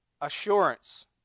assurance